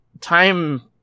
time